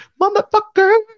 motherfucker